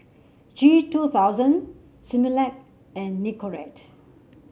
G two thousand Similac and Nicorette